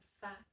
fact